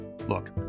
Look